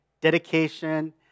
dedication